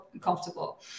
comfortable